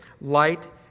light